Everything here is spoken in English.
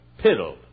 piddled